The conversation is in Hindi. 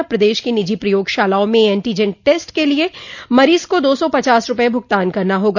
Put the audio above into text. अब प्रदेश की निजी प्रयोगशालाओं में एण्टीजेन टेस्ट के लिए मरीज को दो सौ पचास रूपये भुगतान करना होगा